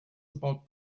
about